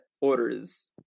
orders